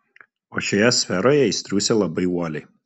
o šioje sferoje jis triūsia labai uoliai